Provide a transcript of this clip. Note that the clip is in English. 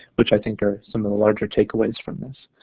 which i think are some of the larger takeaways from this.